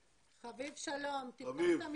כמו ששי אמר